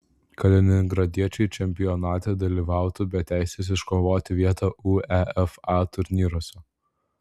kaliningradiečiai čempionate dalyvautų be teisės iškovoti vietą uefa turnyruose